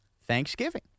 Thanksgiving